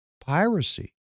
piracy